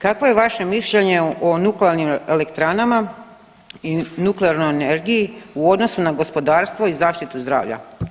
Kakvo je vaše mišljenje o nuklearnim elektranama i nuklearnoj energiji u odnosu na gospodarstvo i zaštitu zdravlja?